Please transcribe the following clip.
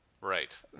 Right